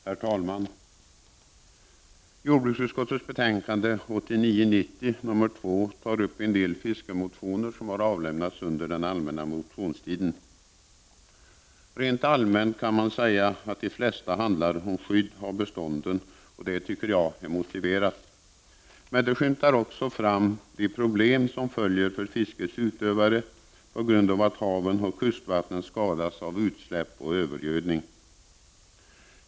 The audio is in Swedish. Herr talman! Jordbruksutskottets betänkande 1989/90:JoU2 tar upp en del fiskemotioner avlämnade under den allmänna motionstiden. Rent allmänt kan sägas att de flesta handlar om skyddet av bestånden, vilket jag anser vara motiverat. Men motionerna berör också de problem som uppstår för fiskets utövare som en följd av att haven och kustvattnen har skadats av utsläpp och övergödning.